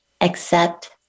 accept